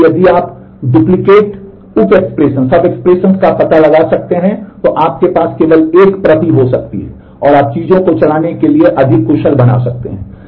इसलिए यदि आप डुप्लिकेट उप एक्सप्रेशंस का पता लगा सकते हैं तो आपके पास केवल एक प्रति हो सकती है और आप चीजों को चलाने के लिए अधिक कुशल बना सकते हैं